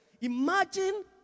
imagine